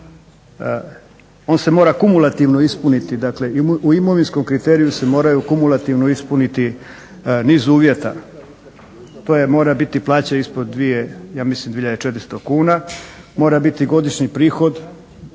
On se mora kumulativno ispuniti. Dakle u imovinskom kriteriju se moraju kumulativno ispuniti niz uvjeta. To mora biti plaća ispod dvije, ja mislim 2400 kuna, mora biti godišnji prihod